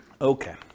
Okay